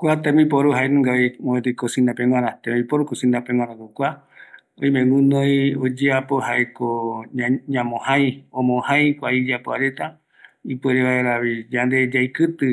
Kua tembiporu jaeko tembiu iyapoareta oiporu, kua jaeko omojai reta, kua yiakɨtɨ